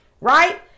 right